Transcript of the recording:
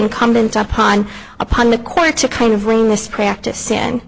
incumbent upon upon the court to kind of bring this practice